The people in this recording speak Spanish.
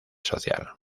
social